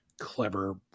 clever